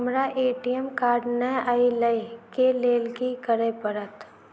हमरा ATM card नै अई लई केँ लेल की करऽ पड़त?